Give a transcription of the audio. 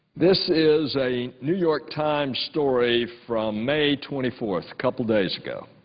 this is a new york times story from may twenty four, a couple days ago,